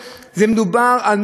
זה לא פחות מעושק.